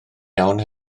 iawn